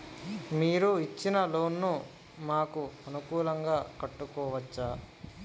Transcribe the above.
మీరు ఇచ్చిన లోన్ ను మాకు అనుకూలంగా కట్టుకోవచ్చా?